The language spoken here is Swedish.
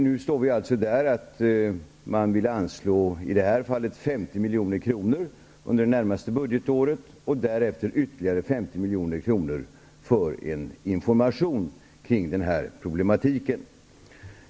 Nu har vi alltså kommit därhän att man vill anslå 50 milj.kr. för det närmaste budgetåret och därefter ytterligare 50 milj.kr. till information om denna problematik.